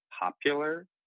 popular